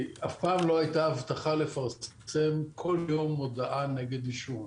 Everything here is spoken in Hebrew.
אף פעם לא הייתה הבטחה לפרסם כל יום מודעה נגד עישון.